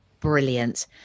brilliant